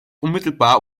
unmittelbar